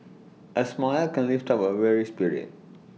A smile can lift up A weary spirit